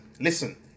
listen